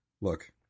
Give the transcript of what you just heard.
look